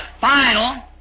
final